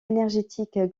énergétique